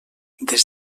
des